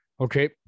okay